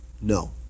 No